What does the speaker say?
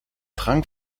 trank